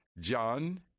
John